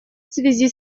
связи